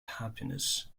happiness